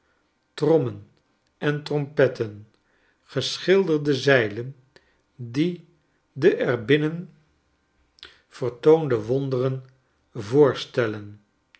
trommen en trompetten geschilderde zeilen die de er binnen vertoonde wonderen voorstellen